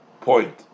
point